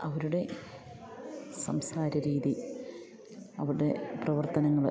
അവരുടെ സംസാരരീതി അവരുടെ പ്രവർത്തനങ്ങൾ